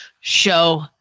show